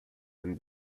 and